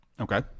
Okay